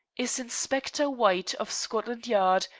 is inspector white, of scotland yard,